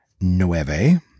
Nueve